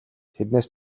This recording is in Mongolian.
тэднээс